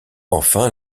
enfin